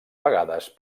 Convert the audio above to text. vegades